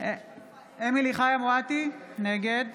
אמילי חיה מואטי, נגד